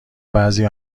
بعضی